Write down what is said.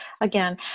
again